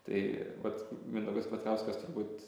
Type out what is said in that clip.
tai vat mindaugas kvietkauskas turbūt